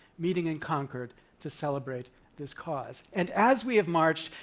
meeting in concord to celebrate this cause. and as we have marched,